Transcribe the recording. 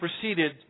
proceeded